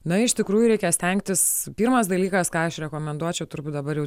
na iš tikrųjų reikia stengtis pirmas dalykas ką aš rekomenduočiau turbūt dabar jau